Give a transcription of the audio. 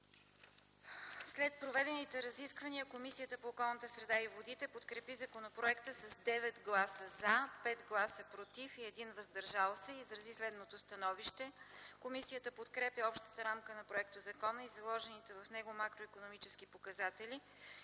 След проведените разисквания, Комисията по околната среда и водите подкрепи законопроекта с 9 гласа „за”, 5 глава „против” и 1 „въздържал се” и изрази следното становище: комисията подкрепя общата рамка на законопроекта и заложените в него макроикономически показатели